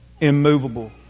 immovable